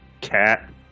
Cat